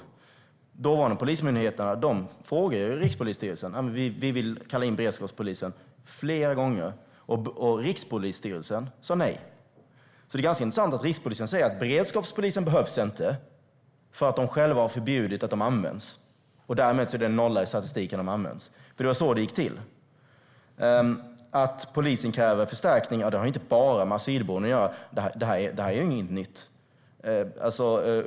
De dåvarande polismyndigheterna frågade Rikspolisstyrelsen. De ville kalla in beredskapspolisen flera gånger. Rikspolisstyrelsen sa nej. Det är därför ganska intressant att Rikspolisstyrelsen säger att beredskapspolisen inte behövs när de själva har förbjudit att den används. Därmed är det en nolla i statistiken över hur den används. Det var så det gick till. Att polisen kräver förstärkningar har inte bara med asylboenden att göra. Det här är inget nytt.